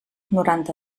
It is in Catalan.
noranta